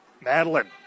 Madeline